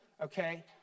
Okay